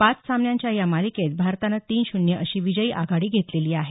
पाच सामन्यांच्या या मालिकेत भारतानं तीन शून्य अशी विजयी आघाडी घेतलेली आहे